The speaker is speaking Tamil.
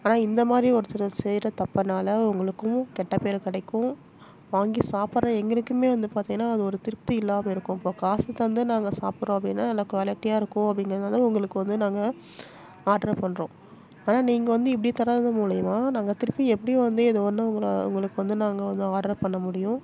ஆனால் இந்த மாதிரி ஒருத்தர் செய்கிற தப்புனால உங்களுக்கும் கெட்ட பேர் கிடைக்கும் வாங்கி சாப்பிட்ற எங்களுக்கும் வந்து பார்த்திங்கனா அது ஒரு திருப்தி இல்லாமல் இருக்கும் இப்போது காசு தந்து நாங்கள் சாப்பிட்றோம் அப்படின்னா நல்ல குவாலிட்டியாக இருக்கும் அப்படிங்கிறதுனால தான் உங்களுக்கு வந்து நாங்கள் ஆட்ரு பண்ணுறோம் ஆனால் நீங்கள் வந்து இப்படி தர்றது மூலிமா நாங்கள் திருப்பி எப்படி வந்து ஏதோ ஒன்றுனா உங்களை உங்களுக்கு வந்து நாங்கள் வந்து ஆடர் பண்ண முடியும்